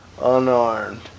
unarmed